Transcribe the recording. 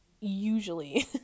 usually